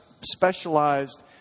specialized